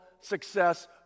success